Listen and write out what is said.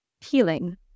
healing